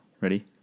Ready